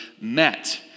met